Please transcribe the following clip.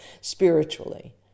spiritually